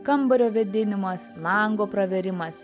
kambario vėdinimas lango pravėrimas